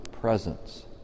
presence